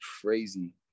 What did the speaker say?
crazy